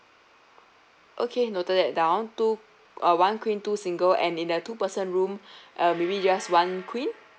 okay noted that down two uh one queen two single and in that two person room uh maybe just one queen